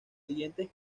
siguientes